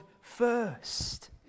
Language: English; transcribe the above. first